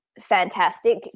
fantastic